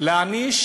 להעניש